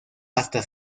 hasta